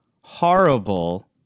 horrible